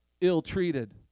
ill-treated